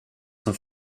som